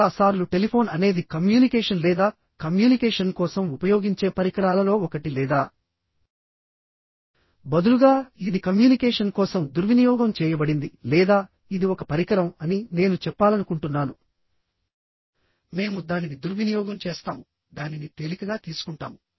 చాలా సార్లు టెలిఫోన్ అనేది కమ్యూనికేషన్ లేదా కమ్యూనికేషన్ కోసం ఉపయోగించే పరికరాలలో ఒకటి లేదా బదులుగా ఇది కమ్యూనికేషన్ కోసం దుర్వినియోగం చేయబడింది లేదా ఇది ఒక పరికరం అని నేను చెప్పాలనుకుంటున్నాను మేము దానిని దుర్వినియోగం చేస్తాము దానిని తేలికగా తీసుకుంటాము